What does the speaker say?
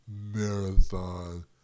marathon